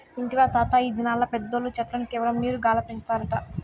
ఇంటివా తాతా, ఈ దినాల్ల పెద్దోల్లు చెట్లను కేవలం నీరు గాల్ల పెంచుతారట